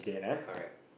correct